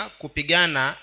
kupigana